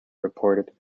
reported